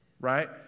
Right